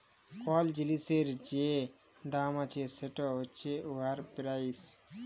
call জিলিসের যে দাম আছে সেট হছে উয়ার পেরাইস